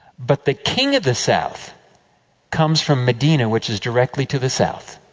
but the king of the south comes from medina, which is directly to the south,